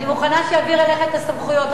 אני מוכנה שיעביר אליך את הסמכויות,